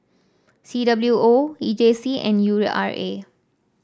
C W O E J C and U R A